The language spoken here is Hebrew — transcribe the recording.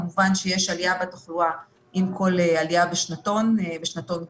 כמובן שיש עלייה בתחלואה עם כל עלייה בשנתון גיל.